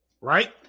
right